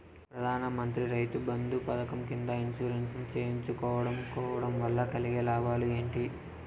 ప్రధాన మంత్రి రైతు బంధు పథకం కింద ఇన్సూరెన్సు చేయించుకోవడం కోవడం వల్ల కలిగే లాభాలు ఏంటి?